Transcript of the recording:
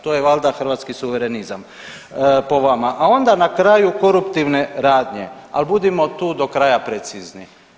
To je valjda hrvatski suverenizam po vama, a onda na kraju koruptivne radnje, ali budimo tu do kraja precizni.